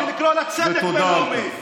לקרוא לצדק בין-לאומי.